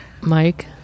Mike